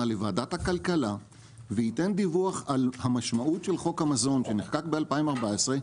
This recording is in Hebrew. לוועדת הכלכלה וייתן דיווח על המשמעות של חוק המזון שנחקק ב-2014,